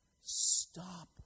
Stop